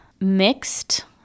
mixed